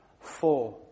four